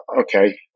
okay